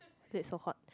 why is it so hot